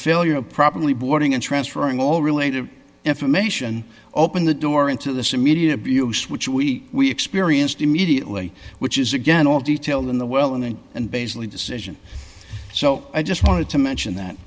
failure to properly boarding and transferring all related information open the door into this immediate abuse which we experienced immediately which is again all detailed in the well and and basically decision so i just wanted to mention that